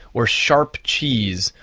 or sharp cheese,